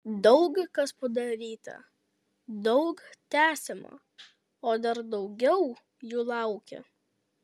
daug kas padaryta daug tęsiama o dar daugiau jų laukia